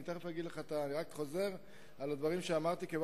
אני רק חוזר על הדברים שכבר אמרתי,